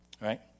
Right